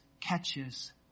catches